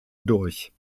durch